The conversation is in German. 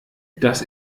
dass